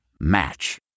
Match